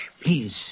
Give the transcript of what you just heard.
Please